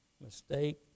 Mistake